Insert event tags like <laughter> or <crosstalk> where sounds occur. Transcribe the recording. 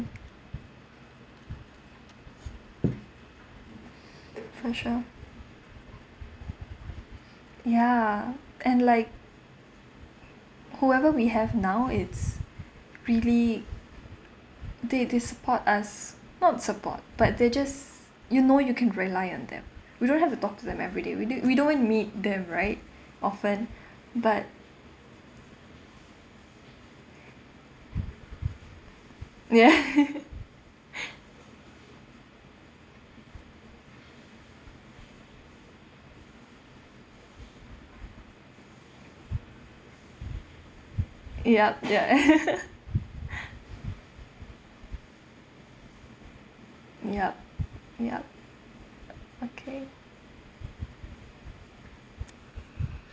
<breath> for sure ya and like whoever we have now it's really they they support us not support but they just you know you can rely on them we don't have to talk to them everyday we didn't we don't meet them right often but ya <laughs> <breath> yup ya <laughs> <breath> yup yup okay <noise> <breath>